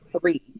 three